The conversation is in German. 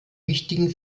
wichtigen